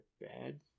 bad